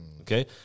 okay